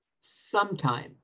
Sometime